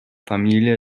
familie